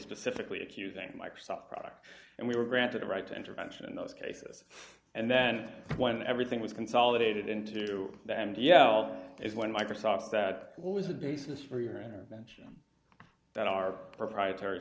specifically accusing microsoft products and we were granted the right to intervention in those cases and then when everything was consolidated into that and yeah well if when microsoft that was the basis for your intervention that our proprietary